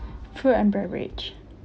food and beverage